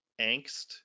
angst